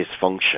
dysfunction